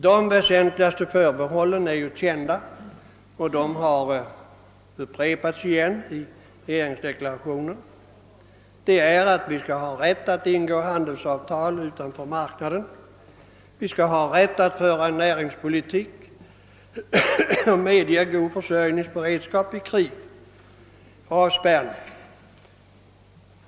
De väsentligaste förbehållen är kända och de har upprepats i regeringsdeklarationen: vi skall ha rätt att ingå handelsavtal utom marknaden, vi skall ha rätt att föra en näringspolitik som medger god försörjningsberedskap under krig och avspärrning.